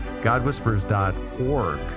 godwhispers.org